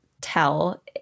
tell